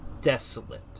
desolate